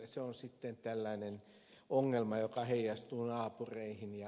se on sitten ongelma joka heijastuu naapureihin